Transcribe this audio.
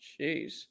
Jeez